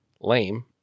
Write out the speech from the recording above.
lame